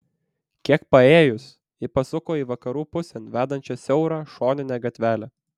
kiek paėjus ji pasuko į vakarų pusėn vedančią siaurą šoninę gatvelę